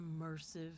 immersive